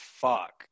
fuck